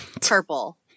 purple